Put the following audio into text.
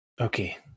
Okay